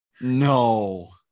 No